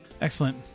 Excellent